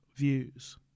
views